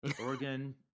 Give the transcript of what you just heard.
Oregon